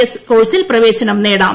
S കോഴ്സിൽ പ്രവേശനം നേടാം